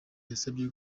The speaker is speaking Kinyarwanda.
yasabye